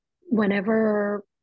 whenever